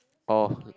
oh